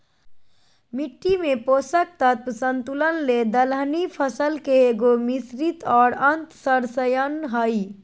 मिट्टी में पोषक तत्व संतुलन ले दलहनी फसल के एगो, मिश्रित और अन्तर्शस्ययन हइ